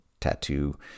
tattoo